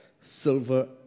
silver